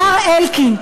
השר אלקין,